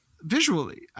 visually